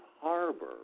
harbor